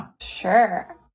Sure